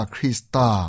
Krista